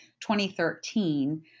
2013